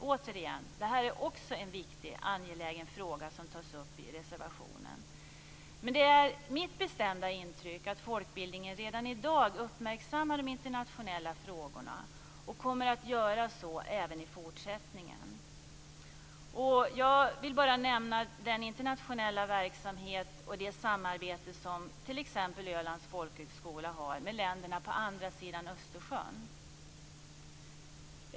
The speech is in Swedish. Återigen: Det är också en viktig och angelägen fråga som tas upp i reservationen. Men det är mitt bestämda intryck att folkbildningen redan i dag uppmärksammar de internationella frågorna och kommer att göra så även i fortsättningen. Jag vill bara nämna den internationella verksamhet och det samarbete som t.ex. Ölands folkhögskola har med länderna på andra sidan Östersjön.